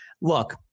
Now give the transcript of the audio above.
Look